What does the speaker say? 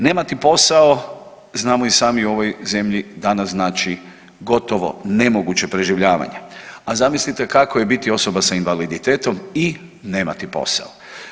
Nemati posao znamo i sami u ovoj zemlji danas znači gotovo nemoguće preživljavanje, a zamislite kako je biti osoba sa invaliditetom i nemati posao.